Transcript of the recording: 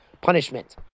punishment